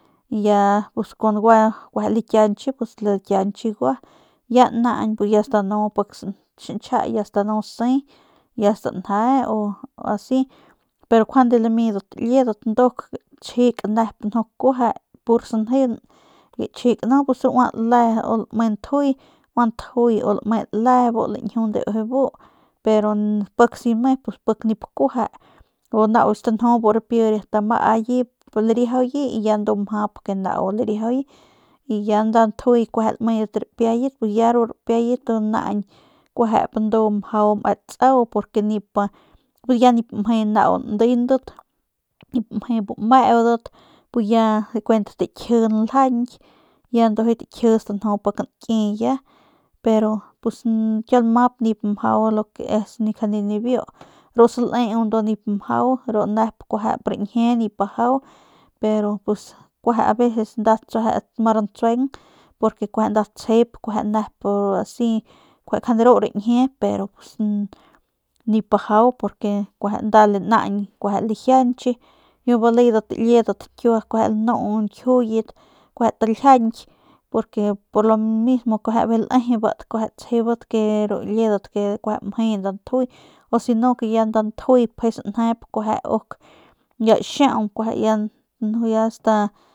Ya pus kun gua likianche likianchi gua y ya naañ ya stanu pik xiñchja ya stanu siy ya stanje o asi pero lamidat liedat nduk gachjik nep nju kuejep pur sanjeung gachjik nu pus ua le u lame njuy bu njuy u lame le u lañjunde kun ujuy bu pero pik si me pin nip kueje u nau stanju bu ripi bu amaye lariajuye ndu mjap ya nau lariajuye y ya nda njuy lamedat rapiayat y ru rapiayat ndu kuejep naañ ndu me tsau nipa pus ya nip mje nau ndeunat nip mje bu meudat ya kuent takji nljañky ya takji ya stanju pik nki ya pero kiau lmap nip mjau lo que es ni biu ru saleu ndu nip mjau ru nep kuejep riñjie nip bajau pero kueje aveces nda ma ranse ma ransueng kueje nda tsjep nep asi njuande ru rañjie pus nip bajau kueje naañ nda lajianche yu baledat liedat njuyet kueje taljiaky por lo mismo kueje bijiy lejebat kueje tsjebat ke ru liedat kueje mje nda ntjuy u ssi me kueje nda ntjuy pje sanjep uk ya xiaung ya